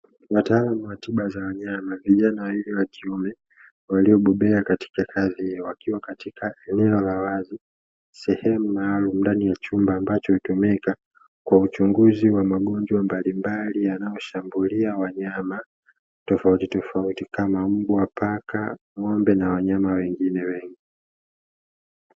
Wataalamu wa tiba za wanyama vijana wengi wakione waliobobea katika kazi wakiwa katika eneo la wazi sehemu maalumu ndani ya chumba, ambacho hutumika kwa uchunguzi wa magonjwa mbalimbali yanayoshambulia wanyama tofautitofauti kama mbwa paka ng'ombe na wanyama wengine wengi.